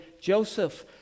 Joseph